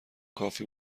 کافی